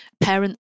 parent